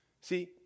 See